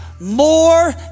more